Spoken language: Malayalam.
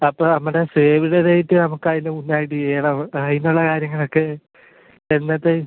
അപ്പോൾ നമ്മുടെ സേവ് ദ ഡേറ്റ് നമുക്ക് അതിന് മുന്നായിട്ട് ചെയ്യണം അതിനുള്ള കാര്യങ്ങളൊക്കെ എന്നത്തേക്ക്